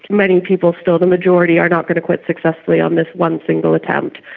many people, still the majority, are not going to quit successfully on this one single attempt,